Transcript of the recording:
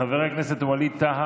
חבר הכנסת ווליד טאהא,